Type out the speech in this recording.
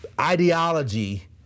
ideology